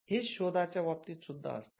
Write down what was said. हेच शोधाच्या बाबतीत सुद्धा असते